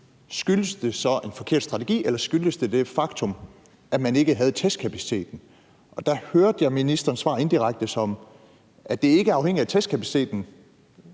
skyldtes det så en forkert strategi, eller skyldtes det det faktum, at man ikke havde testkapaciteten? Der hørte jeg ministeren indirekte svare, at strategien ikke var afhængig af testkapaciteten.